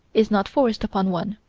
is not forced upon one.